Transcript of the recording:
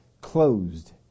closed